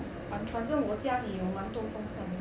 反反正我家里有蛮多风扇